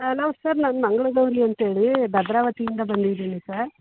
ನಾವು ಸರ್ ನಾನು ಮಂಗಳಗೌರಿ ಅಂತ ಹೇಳಿ ಭದ್ರಾವತಿಯಿಂದ ಬಂದಿದ್ದೀನಿ ಸರ್